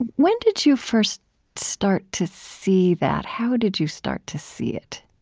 and when did you first start to see that? how did you start to see it?